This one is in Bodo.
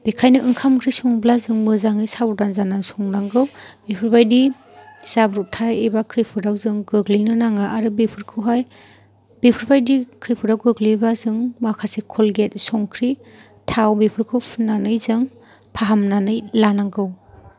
बेनिखायनो ओंखाम ओंख्रि संब्ला जों मोजाङै साबदान जानानै संनांगौ बेफोरबायदि जाब्रबथाय एबा खैफोदआव जों गोग्लैनो नाङा आरो बेफोरखौहाय बेफोरबायदि खैफोदाव गोग्लैयोबा जों माखासे कलगेट संख्रि थाव बेफोरखौ फुननानै जों फाहामनानै लानांगौ